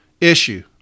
issue